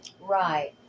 Right